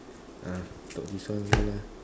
ah talk this one only ah